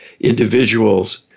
individuals